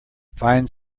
fine